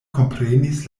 komprenis